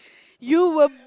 you will